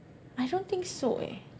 I don't think so eh